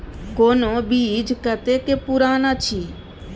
कोनो बीज कतेक पुरान अछि?